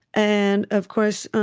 and, of course,